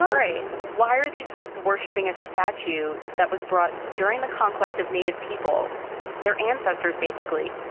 um right. why are these kids worshipping a statue that was brought during the conquest of native people their ancestors, basically?